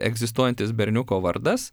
egzistuojantis berniuko vardas